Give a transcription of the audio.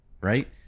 right